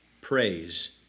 Praise